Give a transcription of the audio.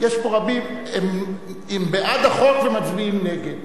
יש פה רבים שהם בעד החוק ומצביעים נגד.